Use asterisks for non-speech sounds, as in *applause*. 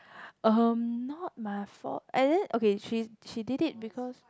*breath* um not my fault and then okay she she did it because